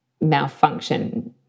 malfunction